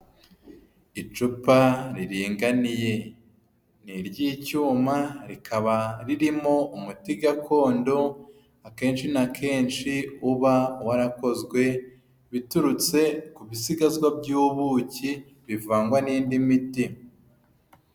Icupa riringaniye, ni iry'icyuma, rikaba ririmo umuti gakondo, akenshi na kenshi uba warakozwe biturutse ku bisigazwa by'ubuki, bivangwa n'indi miti.